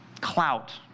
clout